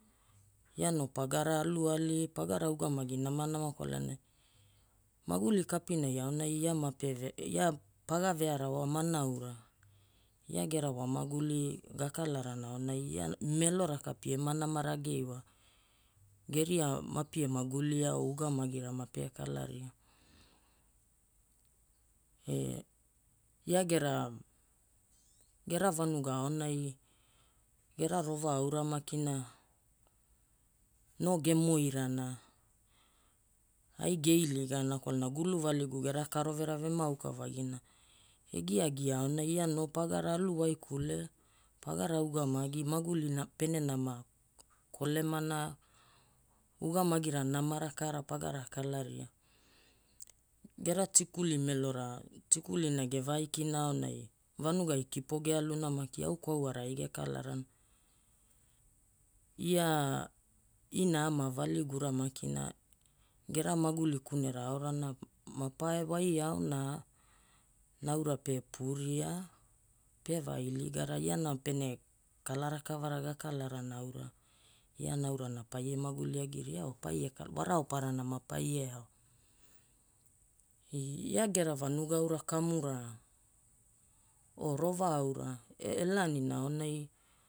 Ia no pagara aluali pagara ugamagi namanama kwalana maguli kapinai aonai ia mapeve ia paga vearawa manaura. Ia gera wamaguli gakalarana aonai ia melo raka pie ma nama rage iwa. Geria mapie maguli ao ugamagira mape kalaria. E ia gera, gera vanuga aonai gera rova aura makina no gemoirana, ai geiligana kwalana guluvaligu gera karoverave ema auka vagi na. Egiagia aonai ia no pagara alu waikule, pagara ugamagi maguli pene nama kolemana ugamagira namara kaara pagara kalaria. Gera tikuli Melora tikulina gevaaikina aonai vanugai kipo gealuna maki au kwauara ai gekalarana. Ia Ina Ama valigura makina gera maguli kunera aorana mapae waiao na naura pe puuria pe vailigara, iana pene kala rakavara gakalarana aura ia naura na paie maguli agiria o paie kalaria, waroparana mapaie ao. Ia gera vanuga aura kamura o rova aura elaanina aonai.